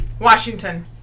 Washington